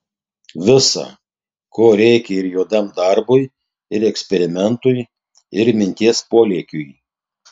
visa ko reikia ir juodam darbui ir eksperimentui ir minties polėkiui